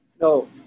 No